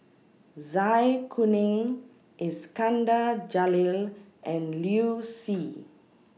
Zai Kuning Iskandar Jalil and Liu Si